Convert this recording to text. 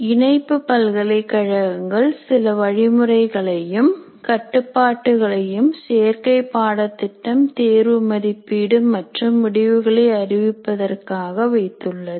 இணைப்பு பல்கலைக்கழகங்கள் சில வழிமுறைகளையும் கட்டுப்பாடுகளையும் சேர்க்கை பாடத்திட்டம் தேர்வு மதிப்பீடு மற்றும் முடிவுகளை அறிவிப்பதற்காக வைத்துள்ளது